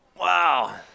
Wow